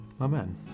Amen